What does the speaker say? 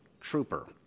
Trooper